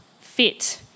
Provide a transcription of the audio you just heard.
fit